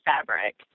fabric